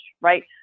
right